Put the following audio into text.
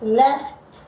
left